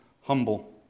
humble